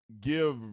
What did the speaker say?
give